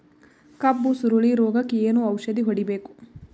ಕಬ್ಬು ಸುರಳೀರೋಗಕ ಏನು ಔಷಧಿ ಹೋಡಿಬೇಕು?